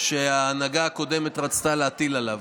שההנהגה הקודמת רצתה להטיל עליו,